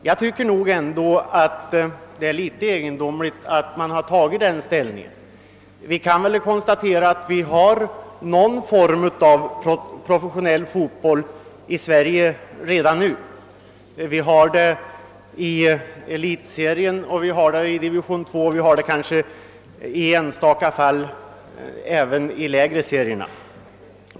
Jag tycker dock att det är litet egendomligt att man inom Fotbollförbundet har intagit denna attityd. Vi kan väl konstatera att vi redan nu har någon form av professionell fotboll i Sverige: vi har det i elitserien och i division II, och vi har det kanske i enstaka fall även i de lägre serierna.